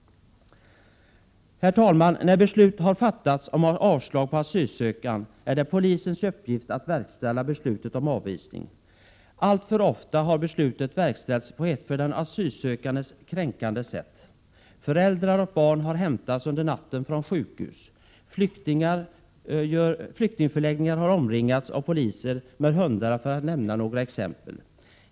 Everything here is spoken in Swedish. Herr talman! När beslut har fattats om avslag på asylansökan är det polisens uppgift att verkställa beslutet om avvisning. Alltför ofta har beslutet verkställts på ett för den aylsökande kränkande sätt. Föräldrar och barn har hämtats under natten från sjukhus och flyktingförläggningar har omringats av poliser med hundar, för att nämna några exempel.